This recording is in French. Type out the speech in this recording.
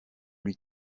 lui